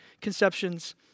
conceptions